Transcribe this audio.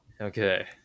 Okay